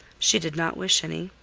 she did not wish any.